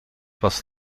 was